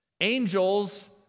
Angels